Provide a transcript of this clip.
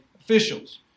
officials